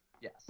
yes